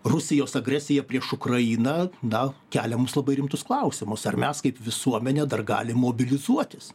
rusijos agresija prieš ukrainą na kelia mums labai rimtus klausimus ar mes kaip visuomenė dar galim mobilizuotis